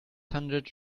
hundred